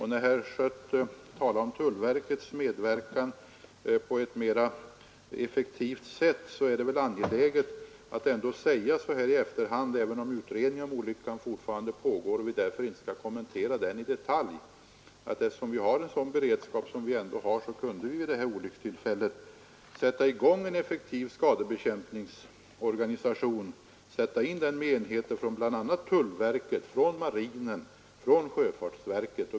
Herr Schött talade om tullverkets medverkan på ett mera effektivt sätt. Det är då angeläget att så här i efterhand säga — även om utredningen om olyckan fortfarande pågår och vi inte skall kommentera den i detalj — att vi, eftersom vi har en sådan beredskap som vi ändå har, vid det här olycksstället kunde sätta i gång en effektiv skadebekämpningsorganisation med enheter från bl.a. tullverket, marinen, sjöfartsverket.